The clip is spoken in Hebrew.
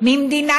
ממדינה